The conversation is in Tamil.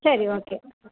சரி ஓகே